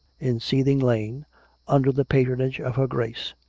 in seething lane under the patronage of her grace,